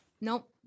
Nope